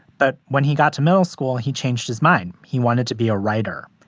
but when he got to middle school, he changed his mind. he wanted to be a writer,